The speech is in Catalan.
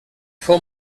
fou